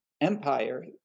empire